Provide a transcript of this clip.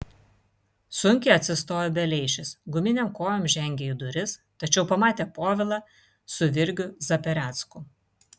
sunkiai atsistojo beleišis guminėm kojom žengė į duris tačiau pamatė povilą su virgiu zaperecku